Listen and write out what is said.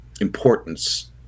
importance